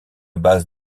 base